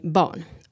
barn-